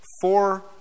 four